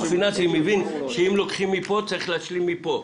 פיננסי מבין שאם לוקחים צריך להשלים מפה,